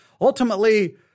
Ultimately